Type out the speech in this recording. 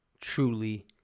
truly